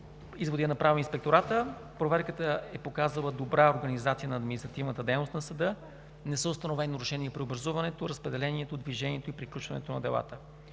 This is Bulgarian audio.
изводи е направил Инспекторатът? Проверката е показала добра организация на административната дейност на съда. Не са установени нарушения при образуването, разпределението, движението и приключването на делата.